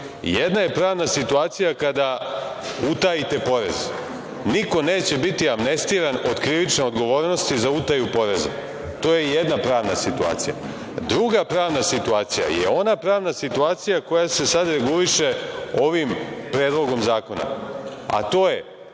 je pravna situacija kada utajite porez, niko neće biti amnestiran od krivične odgovornosti za utaju poreza. To je jedna pravna situacija. Druga pravna situacija je ona pravna situacija koja se sada reguliše ovim Predlogom zakona, a to je